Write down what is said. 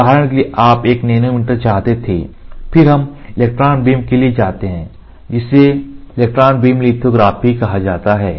उदाहरण के लिए आप नैनोमीटर में चाहते थे फिर हम इलेक्ट्रॉन बीम के लिए जाते हैं जिसे इलेक्ट्रॉन बीम लिथोग्राफी कहा जाता है